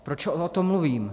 Proč o tom mluvím?